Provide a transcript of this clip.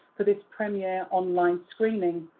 for this premiere online screening,